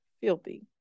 filthy